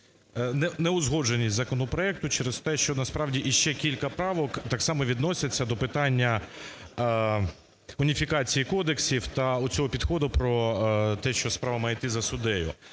неузгодженість законопроекту через те, що насправді іще кілька правок так само відносяться до питання уніфікації кодексів та оцього підходу про те, що справа має іти за суддею.